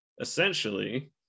essentially